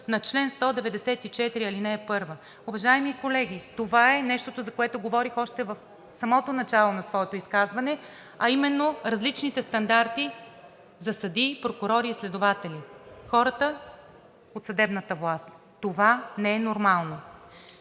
на чл. 194, ал. 1. Уважаеми колеги, това е нещото, за което говорих още в самото начало на моето изказване, а именно различните стандарти за съдии, прокурори и следователи – хората от съдебната власт. Това не е нормално!